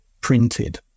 printed